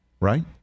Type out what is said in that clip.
Right